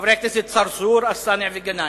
חברי הכנסת צרצור, אלסאנע וגנאים,